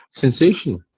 sensational